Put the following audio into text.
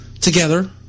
together